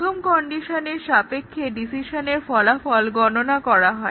প্রথম কন্ডিশনের সাপেক্ষে ডিসিশনের ফলাফল গণনা করা হয়